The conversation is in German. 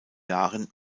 jahren